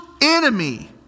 enemy